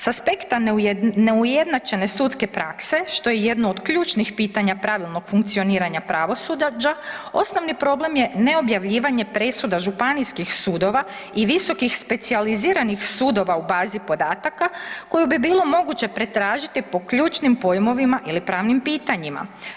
Sa aspekta neujednačene sudske prakse što je jedno od ključnih pitanja pravilnog funkcioniranja pravosuđa osnovni problem je neobjavljivanje presuda Županijskih sudova i visokih specijaliziranih sudova u bazi podataka koju bi bilo moguće pretražiti po ključnim pojmovima ili pravnim pitanjima.